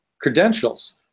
credentials